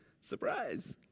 Surprise